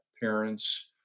parents